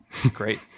Great